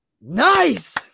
Nice